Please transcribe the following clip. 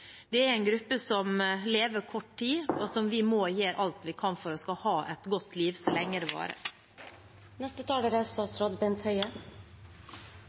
Det er en gruppe som lever kort tid, og vi må gjøre alt vi kan for at de skal ha et godt liv så lenge det varer. Jeg er